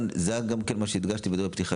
זה גם מה שהדגשתי בדברי הפתיחה,